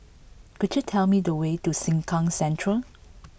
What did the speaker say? could you tell me the way to Sengkang Central